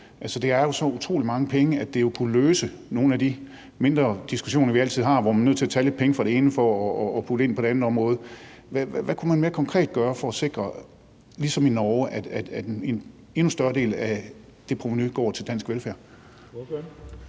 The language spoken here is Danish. Det er jo så utrolig mange penge, at det kunne løse nogle af de mindre diskussioner, vi altid har, hvor man er nødt til at tage lidt penge fra det ene for at putte dem ind på det andet område. Hvad kunne man mere konkret gøre for at sikre – ligesom i Norge – at en endnu større del af det provenu går til dansk velfærd?